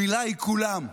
המילה היא "כולם".